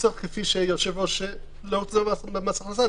וכפי שהיושב-ראש אמר - להתחיל להסביר במס הכנסה.